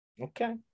Okay